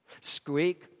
Squeak